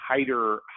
higher